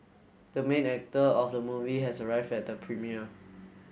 the main actor of the movie has arrived at the premiere